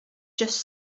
just